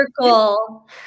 circle